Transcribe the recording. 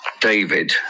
david